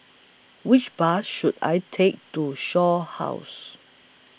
Which Bus should I Take to Shaw House